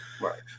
Right